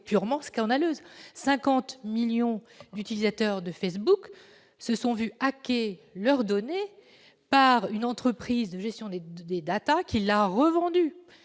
est purement scandaleuse : quelque 50 millions d'utilisateurs de Facebook se sont vu hacker leurs données par une entreprise de gestion des data, qui les a revendues